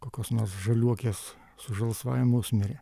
kokios nors žaliuokės su žalsvąja musmire